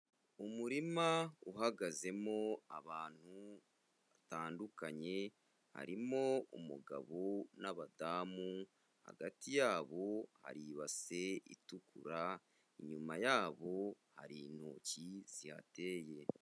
Umurima uhagazemo abantu batandukanye, harimo umugabo n'abadamu, hagati yabo hari ibase itukura, inyuma yabo hari intoki zihateye.